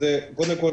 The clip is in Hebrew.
קודם כול,